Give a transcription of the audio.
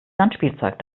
sandspielzeug